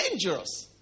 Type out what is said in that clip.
dangerous